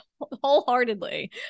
wholeheartedly